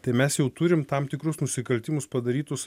tai mes jau turim tam tikrus nusikaltimus padarytus